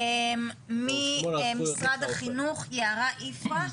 ממשרד החינוך, יערה יפרח?